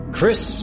Chris